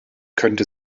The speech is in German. könnte